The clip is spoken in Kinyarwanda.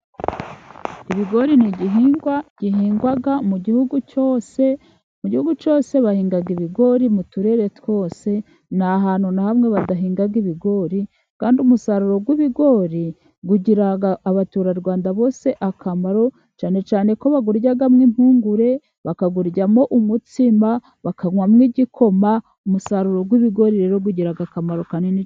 Ibigori n'igihingwa gihingwa mu gihugu cyose. Mu gihugu cyose bahinga ibigori, mu turere twose nta hantu na hamwe badahinga ibigori. Kandi umusaruro w'ibigori ugirira abaturarwanda bose akamaro cyane cyane, kuko baburyamo impungure, bakawuryamo umutsima, bakanywamo igikoma. Umusaruro w'ibigori rero ugira akamaro kanini.